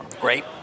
Great